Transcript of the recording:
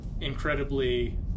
incredibly